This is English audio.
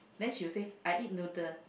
then she will say I eat noodle